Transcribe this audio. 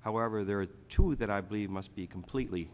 however there are two that i believe must be completely